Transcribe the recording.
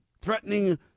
Threatening